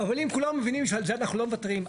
אבל אם כולם מבינים שעל זה אנחנו לא מוותרים,